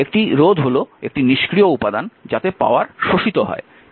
একটি রোধ হল একটি নিষ্ক্রিয় উপাদান যাতে পাওয়ার শোষিত হয়